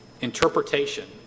Interpretation